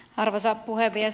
arvoisa puhemies